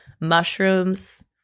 mushrooms